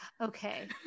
Okay